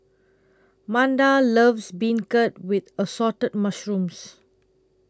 Manda loves Beancurd with Assorted Mushrooms